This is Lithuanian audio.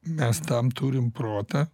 mes tam turim protą